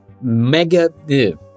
mega